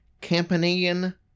Campanian